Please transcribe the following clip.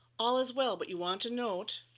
all as well, but you want to note